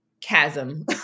chasm